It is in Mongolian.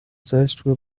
зайлшгүй